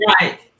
right